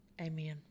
Amen